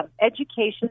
education